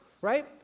Right